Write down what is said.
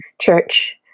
church